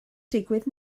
digwydd